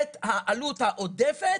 את העלות העודפת